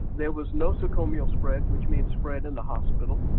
there was nosocomial spread, which means spread in the hospital,